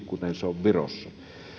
kuten se on virossa